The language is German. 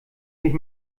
nicht